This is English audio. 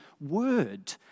word